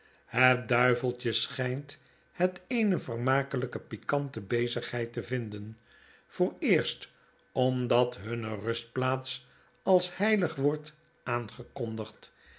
het duiveltje schijnt het eene vermakelijke pikante bezigheid te vinden vooreerst omdat hunne rustplaats als heilig wordt aangekondigd